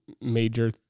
major